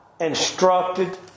instructed